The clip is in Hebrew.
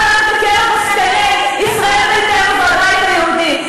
אך ורק בקרב עסקני ישראל ביתנו והבית היהודי.